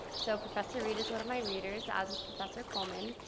so professor reed is one of my readers, as is professor coleman.